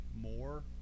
more